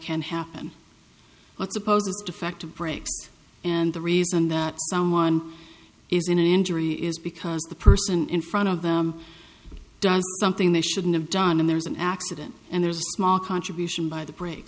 can happen but suppose defective breaks and the reason that someone is in an injury is because the person in front of them does something they shouldn't have done and there's an accident and there's a small contribution by the brak